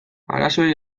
arazoei